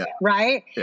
Right